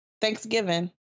Thanksgiving